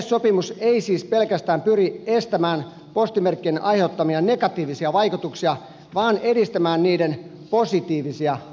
yleissopimus ei siis pyri pelkästään estämään postimerkkien aiheuttamia negatiivisia vaikutuksia vaan edistämään niiden positiivisia vaikutuksia